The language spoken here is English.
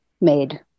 made